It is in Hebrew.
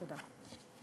תודה.